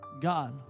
God